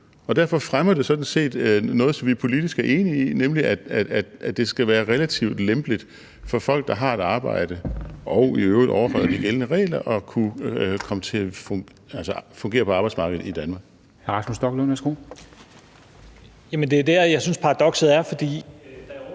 derfor fremmer det sådan set noget, som vi er politisk enige i, nemlig at det skal være relativt lempeligt for folk, der har et arbejde og i øvrigt overholder de gældende regler, at kunne komme til at fungere på arbejdsmarkedet i Danmark.